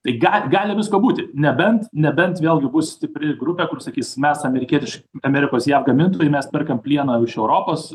tai gal gali visko būti nebent nebent vėlgi bus stipri grupė kur sakys mes amerikietiš amerikos jav gamintojų mes perkam plieną iš europos